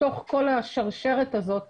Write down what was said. בעלי החיים הם אלה שסובלים בשרשרת הזו.